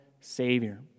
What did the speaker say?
savior